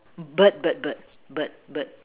bird bird bird bird bird